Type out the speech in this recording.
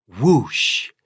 Whoosh